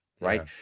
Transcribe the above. Right